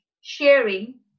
sharing